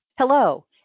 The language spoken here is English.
Hello